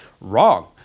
wrong